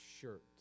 shirt